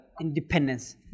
independence